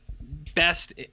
best